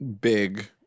big